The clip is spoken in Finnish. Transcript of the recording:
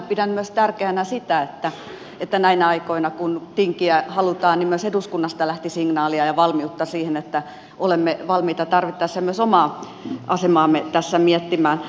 pidän tärkeänä myös sitä että näinä aikoina kun tinkiä halutaan myös eduskunnasta lähti signaalia ja valmiutta siihen että olemme valmiita tarvittaessa myös omaa asemaamme tässä miettimään